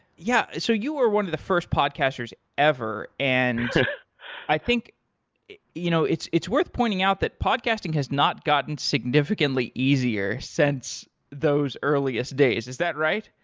yeah. so you are one of the first podcasters ever, and i think you know it's it's worth pointing out that podcasting has not gotten significantly easier since those earliest days. is that right?